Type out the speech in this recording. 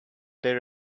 their